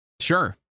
Sure